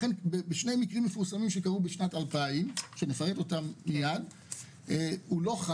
בשנת 2000 קרו שני אסונות מפורסמים ובגין חוסר הביטוח החוק לא חל,